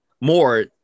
more